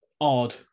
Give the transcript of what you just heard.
odd